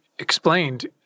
Explained